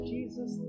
Jesus